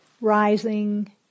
rising